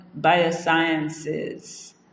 Biosciences